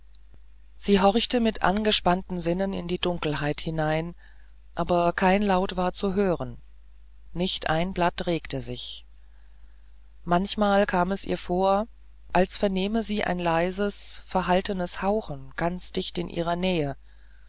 sie horchte mit angespannten sinnen in die dunkelheit hinein aber kein laut war zu hören nicht ein blatt regte sich manchmal kam es ihr vor als vernehme sie ein leises verhaltenes hauchen ganz dicht in ihrer nähe